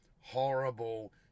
horrible